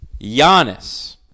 Giannis